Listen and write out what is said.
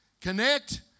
Connect